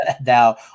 now